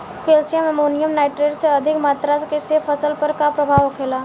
Calcium ammonium nitrate के अधिक मात्रा से फसल पर का प्रभाव होखेला?